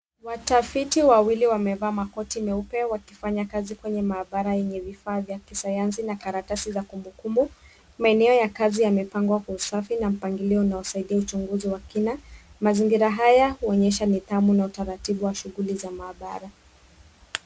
Watafiti wawili wamevaa makoti meupe wakifanya kazi kwenye mahabara yenye vifaa vya kisayansi na karatasi za kumbukumbu. Maeneo ya kazi yamepangwa kwa usafi na mpangilio unaostahili uchunguzi wa kina. Mazingira haya huonyesha nidhamu na utaratibu wa shughuli za mahabara.